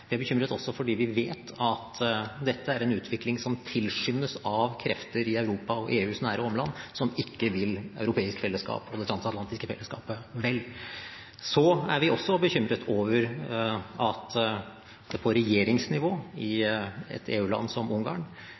Vi er bekymret også fordi vi vet at dette er en utvikling som tilskyndes av krefter i Europa og EUs nære omland som ikke vil det europeiske fellesskapet og det transatlantiske fellesskapet vel. Så er vi også bekymret over at det på regjeringsnivå i et EU-land som Ungarn